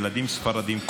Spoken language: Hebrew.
ילדים ספרדים,